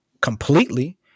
Completely